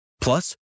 Plus